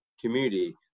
community